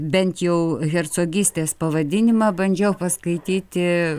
bent jau hercogystės pavadinimą bandžiau paskaityti